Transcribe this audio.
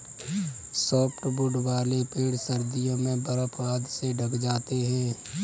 softwood वाले पेड़ सर्दियों में बर्फ आदि से ढँक जाते हैं